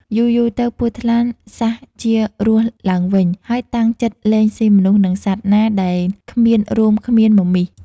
យូរៗទៅពស់ថ្លាន់សះជារស់ឡើងវិញហើយតាំងចិត្ដលែង ស៊ីមនុស្ស និងសត្វណាដែលគ្មានរោមគ្មានមមីស។